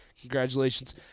Congratulations